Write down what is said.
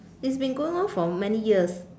it's been going on for many years